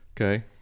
okay